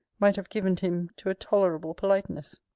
might have given him to a tolerable politeness.